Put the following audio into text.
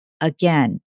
Again